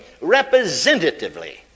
representatively